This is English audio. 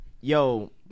yo